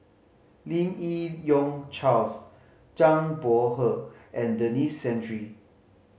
Lim Yi Yong Charles Zhang Bohe and Denis Santry